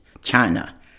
China